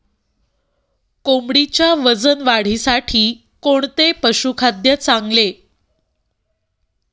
कोंबडीच्या वजन वाढीसाठी कोणते पशुखाद्य चांगले?